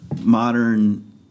modern